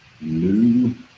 new